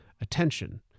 attention